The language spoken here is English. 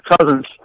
cousins